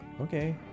okay